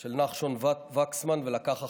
של נחשון וקסמן ולקח אחריות.